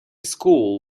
school